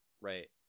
right